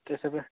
त्यसो भए